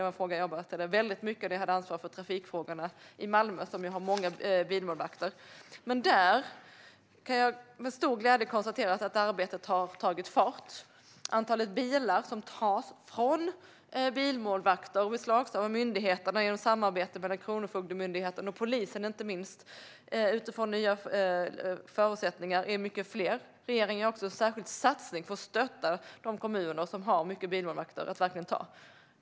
Jag jobbade väldigt mycket med den här frågan då jag hade ansvar för trafikfrågorna i Malmö, som ju har många bilmålvakter. Men där kan jag med stor glädje konstatera att arbetet har tagit fart. Antalet bilar som tas från bilmålvakter och beslagtas av myndigheterna genom samarbete med Kronofogdemyndigheten och polisen, inte minst utifrån nya förutsättningar, är nu mycket större. Regeringen har också en särskild satsning för att stötta de kommuner som har mycket bilmålvakter.